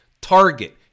Target